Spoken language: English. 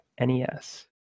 NES